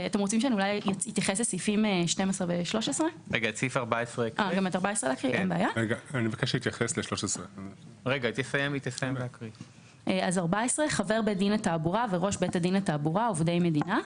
14. חבר בית דין לתעבורה וראש בית דין לתעבורה עובדי מדינה.